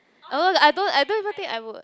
oh I don't I don't even think I would